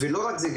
לא רק זה,